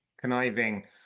conniving